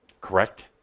correct